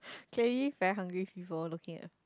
clearly very hungry before looking at